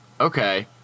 okay